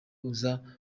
uza